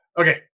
Okay